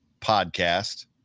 podcast